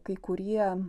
kai kurie